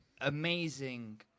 amazing